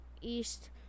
East